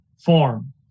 form